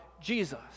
Jesus